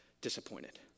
disappointed